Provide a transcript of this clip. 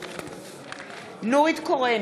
בעד נורית קורן,